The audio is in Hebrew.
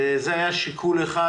זה היה שיקול אחד,